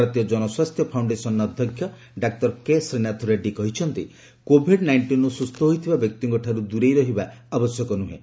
ଭାରତୀୟ ଜନସ୍ୱାସ୍ଥ୍ୟ ଫାଉଣ୍ଡେସନ୍ର ଅଧ୍ୟକ୍ଷ ଡାକ୍ତର କେ ଶ୍ରୀନାଥ ରେଡ୍ଗୀ କହିଛନ୍ତି କୋଭିଡ୍ ନାଇଷ୍ଟିନ୍ରୁ ସୁସ୍ଥ ହୋଇଥିବା ବ୍ୟକ୍ତିଙ୍କଠାରୁ ଦୂରେଇ ରହିବା ଆବଶ୍ୟକ ନୁହେଁ